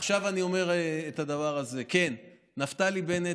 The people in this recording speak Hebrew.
עכשיו אני אומר את הדבר הזה: נפתלי בנט